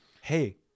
hey